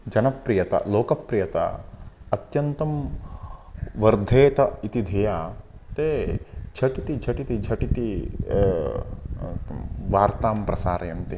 जनप्रियता लोकप्रियता अत्यन्तं वर्धते इति धिया ते झटिति झटिति झटिति वार्तां प्रसारयन्ति